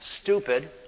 stupid